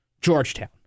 Georgetown